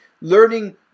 learning